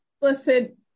listen